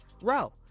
row